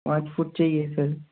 पाँच फूट चाहिए सर